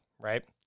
right